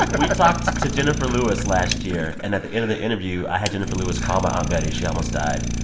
we talked to jenifer lewis last year. and at the end of the interview, i had jenifer lewis call my aunt betty. she almost died